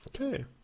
Okay